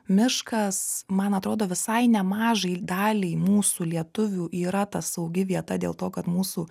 miškas man atrodo visai nemažai daliai mūsų lietuvių yra ta saugi vieta dėl to kad mūsų